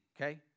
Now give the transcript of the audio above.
okay